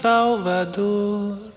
Salvador